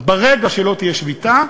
ברגע שלא תהיה שביתה,